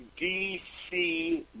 DC